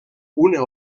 una